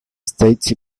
states